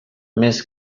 més